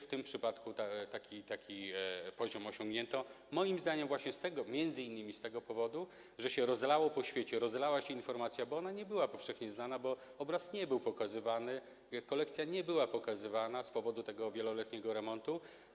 W tym przypadku taki poziom osiągnięto moim zdaniem właśnie m.in. z tego powodu, że się to rozlało po świecie, rozlała się ta informacja, bo ona nie była powszechnie znana, bo obraz nie był pokazywany, kolekcja nie była pokazywana z powodu tego wieloletniego remontu.